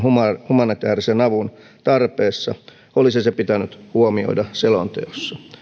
humanitäärisen avun tarpeessa olisi se pitänyt huomioida selonteossa